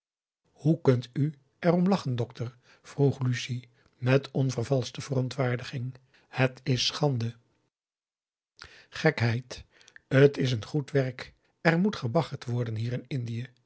hoe kunt u er om lachen dokter vroeg lucie met onvervalschte verontwaardiging het is schande gekheid t is een goed werk er moet gebaggerd worden hier in indië